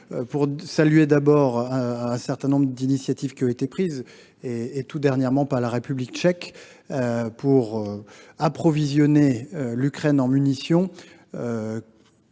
à saluer un certain nombre d’initiatives qui ont été prises, en particulier tout dernièrement par la République tchèque, pour approvisionner l’Ukraine en munitions